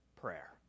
prayer